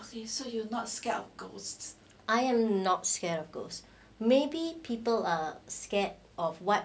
I am not scare of ghost maybe people are scared of what